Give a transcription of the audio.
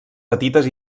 petites